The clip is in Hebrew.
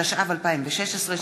התשע"ו 2016,